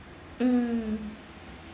mm